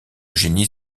génie